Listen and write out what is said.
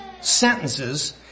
sentences